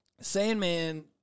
Sandman